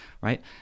right